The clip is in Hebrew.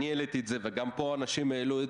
העליתי את זה וגם פה אנשים העלו את